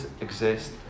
exist